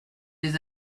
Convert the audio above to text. des